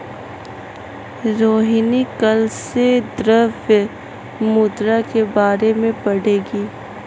रोहिणी कल से द्रव्य मुद्रा के बारे में पढ़ेगी